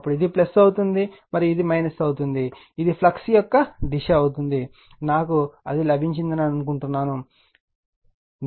అప్పుడు ఇది అవుతుంది మరియు ఇది అవుతుంది ఇది ఫ్లక్స్ యొక్క దిశ అవుతుంది నాకు అది లభించింది అని అనుకుంటున్నాను ఇది నేను చేస్తాను